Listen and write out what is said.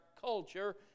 culture